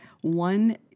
One